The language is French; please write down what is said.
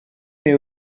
mais